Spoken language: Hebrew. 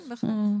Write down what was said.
כן, בהחלט.